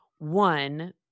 One